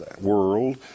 world